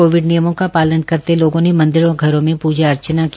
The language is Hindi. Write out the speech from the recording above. कोविड नियमो का पालन करते लोगों ने मंदिरों और घरों में पूजा अर्चना की